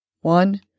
one